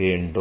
வேண்டும்